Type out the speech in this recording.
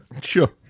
Sure